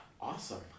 Awesome